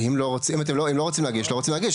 אם לא רוצים להגיש, לא רוצים להגיש.